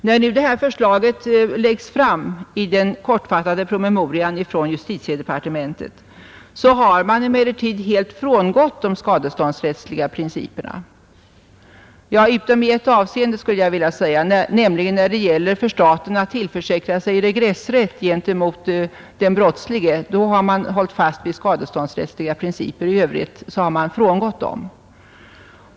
När nu det här förslaget läggs fram i den kortfattade promemorian från justitiedepartementet har man emellertid helt frångått de skadeståndsrättsliga principerna — utom i ett avseende, nämligen när det gäller för staten att tillförsäkra sig regressrätt gentemot den brottslige. Då har man hållit fast vid skadeståndsrättsliga principer. I övrigt har man frångått dem.